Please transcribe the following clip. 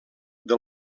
del